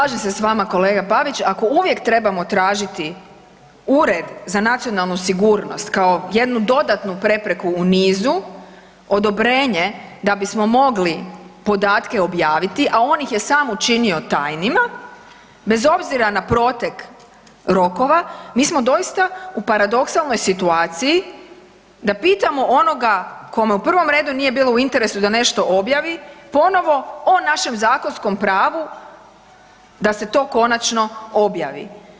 Slažem se s vama kolega Pavić, ako uvijek trebamo tražiti Ured za nacionalnu sigurnost kao jednu dodatnu prepreku u nizu, odobrenje da bismo mogli podatke objaviti, a on ih je sam učinio tajnima, bez obzira na protek rokova, mi smo doista u paradoksalnoj situaciji da pitamo onoga kome u prvom redu nije bilo u interesu da nešto objavi, ponovo o našem zakonskom pravu da se to konačno objavi.